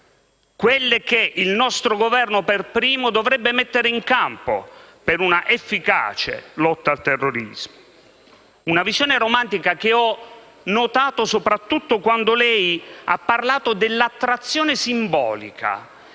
che il nostro Governo per primo dovrebbe mettere in campo per un'efficace lotta al terrorismo. Una visione romantica che ho notato soprattutto quando lei ha parlato dell'attrazione simbolica